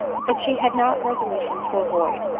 that she had not resolution to avoid,